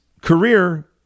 career